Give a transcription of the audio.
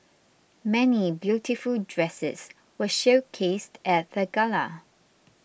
many beautiful dresses were showcased at the gala